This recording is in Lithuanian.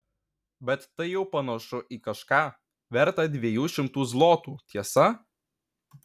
bet tai jau panašu į kažką vertą dviejų šimtų zlotų tiesa